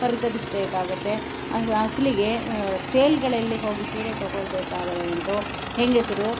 ಪರಿತಪಿಸಬೇಕಾಗುತ್ತೆ ಅಸಲಿಗೆ ಸೇಲ್ಗಳಲ್ಲಿ ಹೋಗಿ ಸೀರೆ ತಗೊಳ್ಬೇಕಾದ್ರಂತೂ ಹೆಂಗಸರು